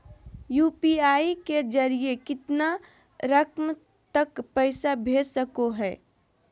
UPI के जरिए कितना रकम तक पैसा भेज सको है?